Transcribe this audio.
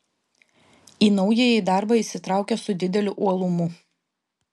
į naująjį darbą įsitraukė su dideliu uolumu